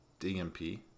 DMP